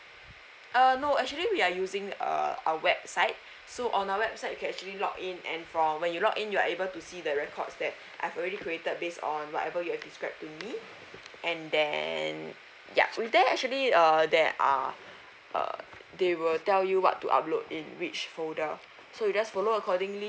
uh no actually we are using uh a website so on our website you can actually log in and from when you log in you are able to see the records that I've already created based on whatever you had described to me and then ya will there actually err there are they will tell you what to upload in which folder so you just follow accordingly